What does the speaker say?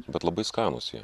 bet labai skanūs jie